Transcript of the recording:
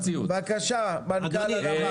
בבקשה, מנכ"ל הנמל.